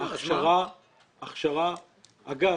אגב,